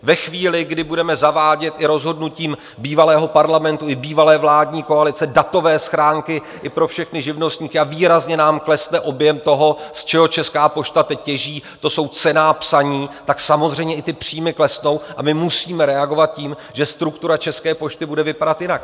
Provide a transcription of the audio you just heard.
Ve chvíli, kdy budeme zavádět i rozhodnutím bývalého Parlamentu, i bývalé vládní koalice datové schránky i pro všechny živnostníky a výrazně nám klesne objem toho, z čeho Česká pošta teď těží, to jsou cenná psaní, samozřejmě i ty příjmy klesnou a my musíme reagovat tím, že struktura České pošty bude vypadat jinak.